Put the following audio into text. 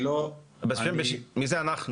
אני לא --- מי זה "אנחנו"?